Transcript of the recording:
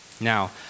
Now